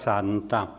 Santa